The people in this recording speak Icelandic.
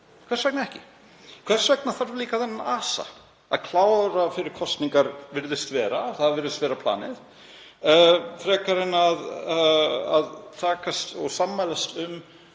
Hvers vegna ekki? Hvers vegna þarf þennan asa, að klára fyrir kosningar, því að það virðist vera planið, frekar en að sammælast um